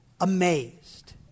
amazed